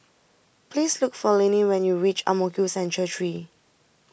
please look for Linnea when you reach Ang Mo Kio Central three